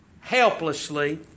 helplessly